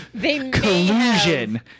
Collusion